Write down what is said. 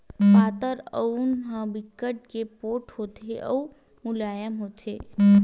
पातर ऊन ह बिकट के पोठ होथे अउ मुलायम होथे